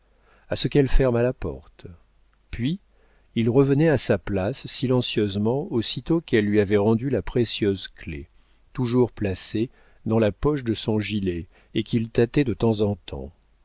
à ce qu'elle fermât la porte puis il revenait à sa place silencieusement aussitôt qu'elle lui avait rendu la précieuse clef toujours placée dans la poche de son gilet et qu'il tâtait de temps en temps